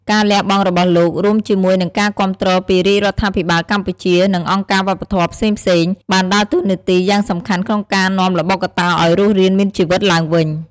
ការលះបង់របស់លោក រួមជាមួយនឹងការគាំទ្រពីរាជរដ្ឋាភិបាលកម្ពុជា និងអង្គការវប្បធម៌ផ្សេងៗ បានដើរតួនាទីយ៉ាងសំខាន់ក្នុងការនាំល្បុក្កតោឱ្យរស់រានមានជីវិតឡើងវិញ។